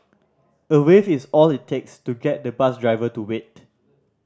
a wave is all it takes to get the bus driver to wait